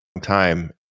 time